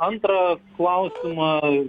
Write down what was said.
antrą klausimą